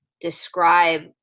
describe